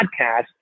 podcast